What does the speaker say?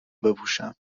بپوشم